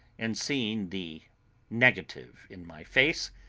and seeing the negative in my face,